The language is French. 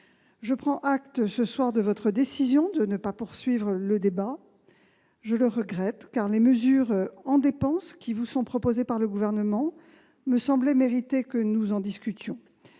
Je prends acte ce soir de votre décision de ne pas poursuivre le débat. Je le regrette, car les mesures en dépenses qui vous sont proposées par le Gouvernement me semblaient mériter d'être discutées.